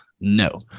No